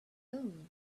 own